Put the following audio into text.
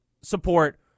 support